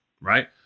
right